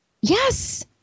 Yes